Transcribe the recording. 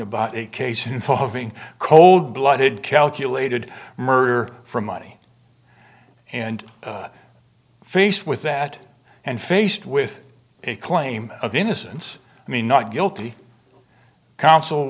about a case involving cold blooded calculated murder for money and faced with that and faced with a claim of innocence i mean not guilty couns